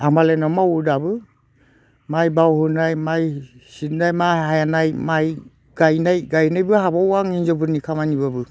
आं मालायनाव मावो दाबो माइ बावहोनाय माइ सिबनाइ माइ हानाय माइ गायनाय गायनायबो हाबावो आङो हिनजावफोरनि खामानिब्लाबो